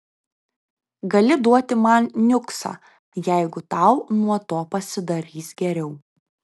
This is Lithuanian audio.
gali duoti man niuksą jeigu tau nuo to pasidarys geriau